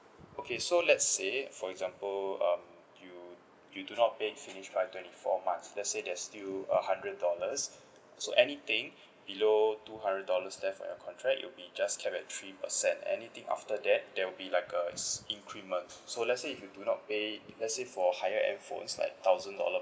okay so let's say for example um you you do not pay finish by twenty four months let's say there's still a hundred dollars so anything below two hundred dollars left for your contract it will be just capped at three percent anything after that there will be like a s~ increment so let's say if you do not pay let's say for higher end phones like thousand dollar